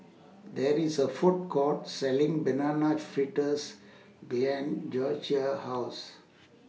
There IS A Food Court Selling Banana Fritters behind House